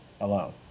alone